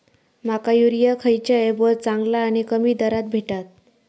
माका युरिया खयच्या ऍपवर चांगला आणि कमी दरात भेटात?